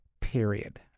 period